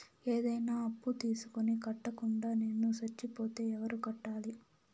ఏదైనా అప్పు తీసుకొని కట్టకుండా నేను సచ్చిపోతే ఎవరు కట్టాలి?